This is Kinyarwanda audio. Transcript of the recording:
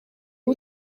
uwo